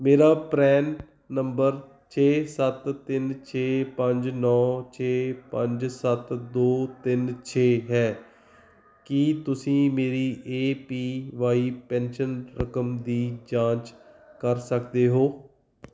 ਮੇਰਾ PRAN number ਛੇ ਸੱਤ ਤਿੰਨ ਛੇ ਪੰਜ ਨੌ ਛੇ ਪੰਜ ਸੱਤ ਦੋ ਤਿੰਨ ਛੇ ਹੈ ਕੀ ਤੁਸੀਂ ਮੇਰੀ ਏ ਪੀ ਵਾਈ ਪੈਨਸ਼ਨ ਰਕਮ ਦੀ ਜਾਂਚ ਕਰ ਸਕਦੇ ਹੋ